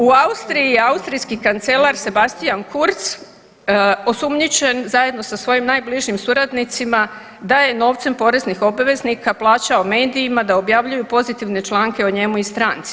U Austriji je austrijski kancelar Sebastian Kurz osumnjičen zajedno sa svojim najbližim suradnicima da je novcem poreznih obveznika plaćao medijima da objavljuju pozitivne članke o njemu i stranci.